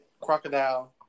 Crocodile